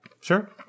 Sure